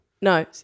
No